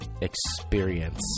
experience